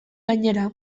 gainera